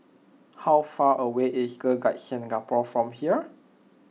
how far away is Girl Guides Singapore from here